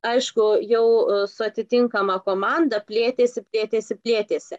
aišku jau su atitinkama komanda plėtėsi plėtėsi plėtėsi